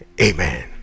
Amen